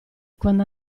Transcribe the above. quando